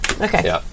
Okay